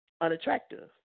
unattractive